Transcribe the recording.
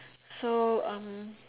so um